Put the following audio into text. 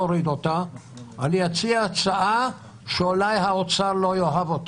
אני אציע הצעה שאולי האוצר לא יאהב,